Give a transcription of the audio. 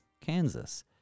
Kansas